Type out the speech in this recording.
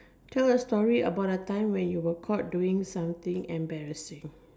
tell a story about a time when you were caught doing something embarrassing